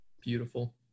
Beautiful